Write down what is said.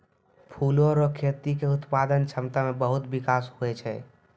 फूलो रो खेती के उत्पादन क्षमता मे बहुत बिकास हुवै छै